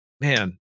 man